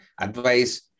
advice